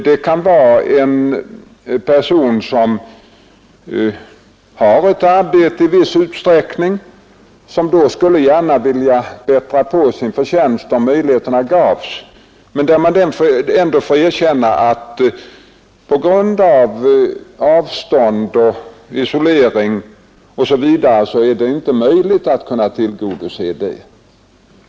Det kan vara en person som har arbete i viss utsträckning och som gärna skulle vilja bättra på sin förtjänst, men på grund av avstånd och isolering inte får möjligt att tillgodose denna önskan.